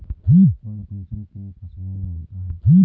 पर्ण कुंचन किन फसलों में होता है?